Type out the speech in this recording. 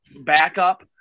backup